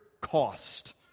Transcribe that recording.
cost